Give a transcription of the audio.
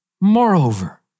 moreover